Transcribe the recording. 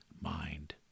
mind